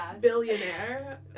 billionaire